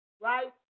Right